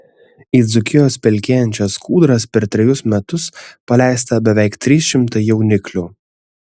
į dzūkijos pelkėjančias kūdras per trejus metus paleista beveik trys šimtai jauniklių